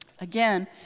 Again